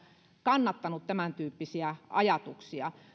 kannattanut tämäntyyppisiä ajatuksia